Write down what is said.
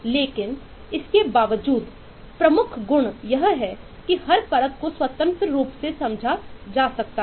लेकिन इसके बावजूद प्रमुख गुण यह है कि हर परत को स्वतंत्र रूप से समझाजा सकता है